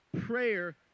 Prayer